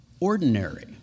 Ordinary